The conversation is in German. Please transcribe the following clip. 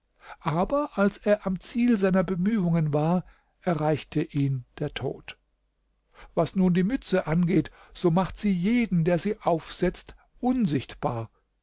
aber als er am ziel seiner bemühungen war erreichte ihn der tod was nun die mütze angeht so macht sie jeden der sie aufsetzt unsichtbar